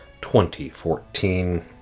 2014